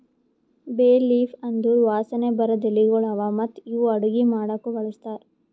ಬೇ ಲೀಫ್ ಅಂದುರ್ ವಾಸನೆ ಬರದ್ ಎಲಿಗೊಳ್ ಅವಾ ಮತ್ತ ಇವು ಅಡುಗಿ ಮಾಡಾಕು ಬಳಸ್ತಾರ್